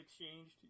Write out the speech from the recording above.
exchanged